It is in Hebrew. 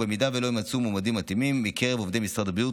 במידה שלא יימצאו מועמדים מתאימים מקרב עובדי משרד הבריאות,